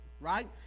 right